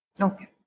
Okay